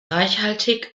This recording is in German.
reichhaltig